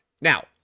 Now